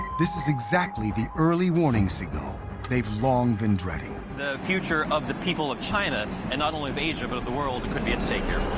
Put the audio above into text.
this is exactly the early warning signal they've long been dreading. reporter the future of the people of china, and not only of asia, but of the world, could be at stake here.